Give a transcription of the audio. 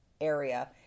area